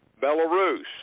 Belarus